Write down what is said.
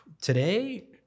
today